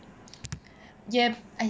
yup